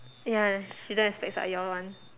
ya she don't have specs ah your one